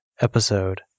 episode